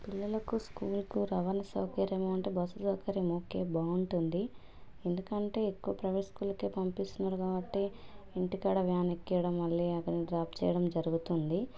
పిల్లలకు స్కూలుకు రవాణా సౌకర్యము అంటే బస్సు సౌకర్యంకే బావుంటుంది ఎందుకంటే ఎక్కువ ప్రైవేట్ స్కూల్కే పంపిస్తున్నారు కాబట్టి ఇంటికాడ వ్యాన్ ఎక్కడం మళ్ళీ అక్కడని డ్రాప్ చేయడం జరుగుతుంది